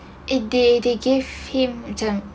eh they gave him macam